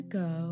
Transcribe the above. go